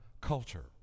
culture